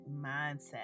mindset